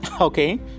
okay